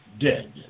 dead